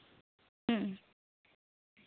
ᱦᱮᱸ